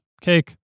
cake